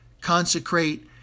Consecrate